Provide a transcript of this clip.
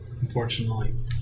unfortunately